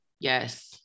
Yes